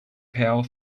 pal